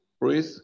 breathe